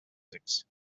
physics